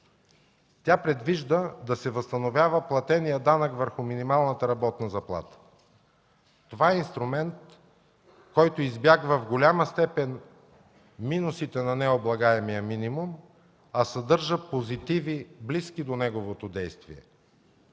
Тя предвижда да се възстановява платеният данък върху минималната работна заплата. Това е инструмент, който избягва в голяма степен минусите на необлагаемия минимум, а съдържа позитиви, близки до неговото действие,